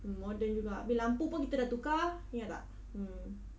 mm modern juga tapi lampu pun kita dah tukar ingat tak mm